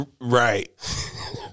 Right